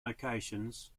locations